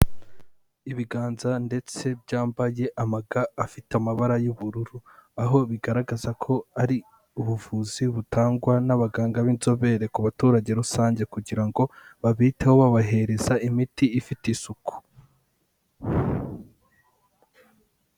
Ibiganza ndetse byambaye amaga afite amabara y'ubururu aho bigaragaza ko ari ubuvuzi butangwa n'abaganga b'inzobere ku baturage rusange kugira ngo babiteho babahereza imiti ifite isuku.